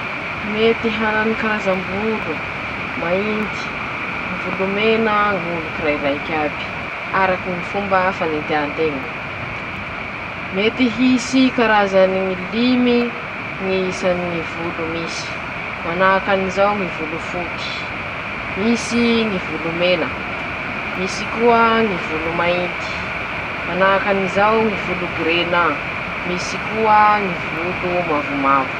Telopolo minite isanandro ñy fotoa atokako hanaovako fañatanjahanteña, fe in-telo isaky heriñandro avao ñy fanaovako azy, ñ'antony: zaho tsy de manampotoa malalaky loatsy anaovako any raha zay.